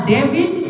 David